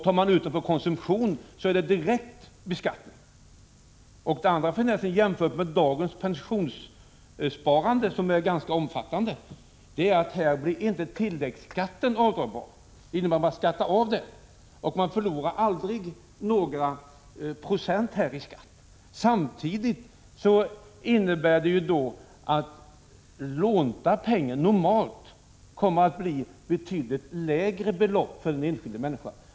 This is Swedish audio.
Tar man ut dem för konsumtion blir det direkt beskattning. Den andra finessen jämfört med dagens pensionssparande, vilket är ganska omfattande, är att tilläggsskatten här inte blir avdragsbar; man skattar av denna och förlorar aldrig några procent i skatt. Samtidigt innebär det att de belopp man normalt lånar kommer att bli betydligt lägre för den enskilda människan.